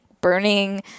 burning